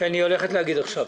היא הולכת להגיד עכשיו.